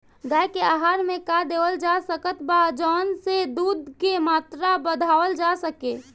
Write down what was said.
गाय के आहार मे का देवल जा सकत बा जवन से दूध के मात्रा बढ़ावल जा सके?